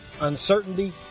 uncertainty